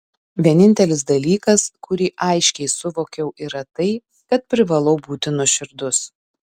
vienintelis dalykas kurį aiškiai suvokiau yra tai kad privalau būti nuoširdus